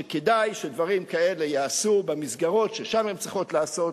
שכדאי שדברים כאלה ייעשו במסגרות ששם הם צריכים להיעשות,